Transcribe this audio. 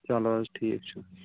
چلو حظ ٹھیٖک چھُ